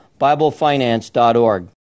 BibleFinance.org